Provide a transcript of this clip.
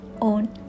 own